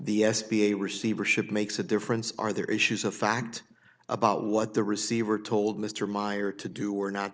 the s b a receivership makes a difference are there issues of fact about what the receiver told mr meyer to do or not